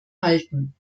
halten